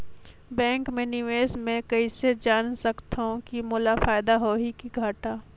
Bank मे मैं निवेश मे कइसे जान सकथव कि मोला फायदा होही कि घाटा?